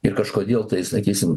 ir kažkodėl tai sakysim